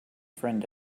friend